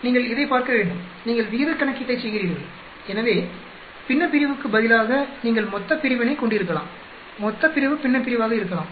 நீங்கள் இதைப் பார்க்க வேண்டும் நீங்கள் விகிதக் கணக்கீட்டைச் செய்கிறீர்கள் எனவே பின்னப்பிரிவுக்குப் பதிலாக நீங்கள் மொத்தப்பிரிவினை கொண்டிருக்கலாம் மொத்தப்பிரிவு பின்னப்பிரிவாக இருக்கலாம்